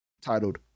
titled